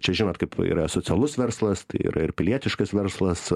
čia žinot kaip yra asocialus verslas tai yra ir pilietiškas verslas